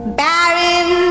barren